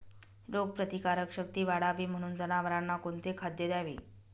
रोगप्रतिकारक शक्ती वाढावी म्हणून जनावरांना कोणते खाद्य द्यावे?